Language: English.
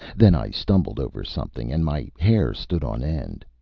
then i stumbled over something, and my hair stood on end.